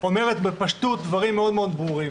- אומרת בפשטות דברים מאוד מאוד ברורים.